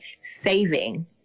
Saving